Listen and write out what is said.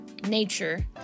nature